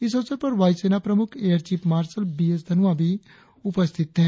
इस अवसर पर वायुसेना प्रमुख air chief marshal B S Dhanoa भी उपस्थित थे